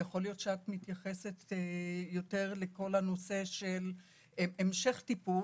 יכול להיות שאת מתייחסת לנושא של המשך טיפול.